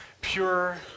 pure